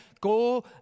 go